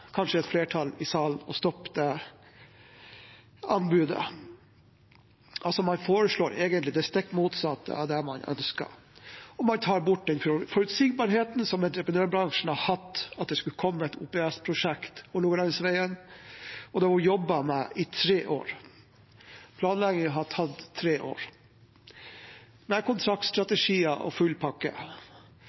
kanskje et flertall i salen å stoppe det anbudet. Man foreslår altså egentlig det stikk motsatte av det man ønsker, og man tar bort den forutsigbarheten som entreprenørbransjen har hatt: at det skulle komme et OPS-prosjekt, Hålogalandsvegen, som det har vært jobbet med i tre år – planleggingen har tatt tre år, med kontraktstrategier og